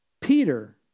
Peter